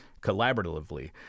collaboratively